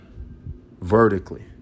vertically